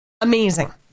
Amazing